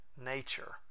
nature